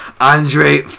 Andre